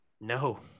No